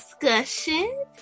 discussion